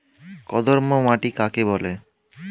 কর্দম মাটি কাকে বলে?